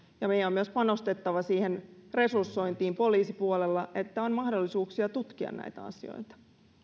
ja meidän on myös panostettava siihen resursointiin poliisipuolella että on mahdollisuuksia tutkia näitä asioita